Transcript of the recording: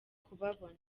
kubabona